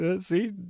see